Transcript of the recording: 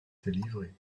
délivré